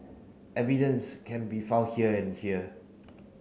evidence can be found here and here